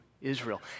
Israel